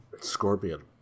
Scorpion